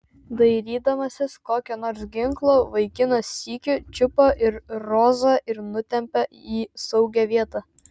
dairydamasis kokio nors ginklo vaikinas sykiu čiupo ir rozą ir nutempė į saugią vietą